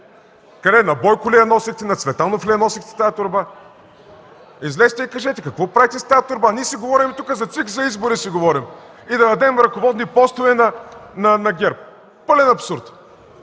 на Бойко ли я носехте, на Цветанов ли я носехте тази торба? Излезте и кажете: какво правехте с тази торба?! Ние си говорим тук за ЦИК, за избори си говорим и да дадем ръководни постове на ГЕРБ! Пълен абсурд!